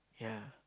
ya